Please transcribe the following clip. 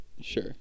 Sure